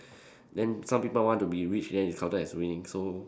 then some people want to be rich then it's counted as winning so